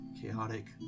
chaotic